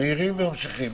מעירים וממשיכים.